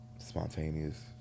Spontaneous